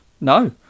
No